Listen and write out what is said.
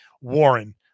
Warren